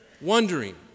wondering